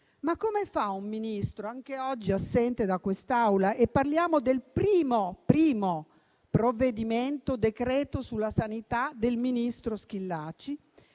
Ma come fa un Ministro, anche oggi assente da quest'Aula - e parliamo del primo decreto-legge sulla sanità del ministro Schillaci,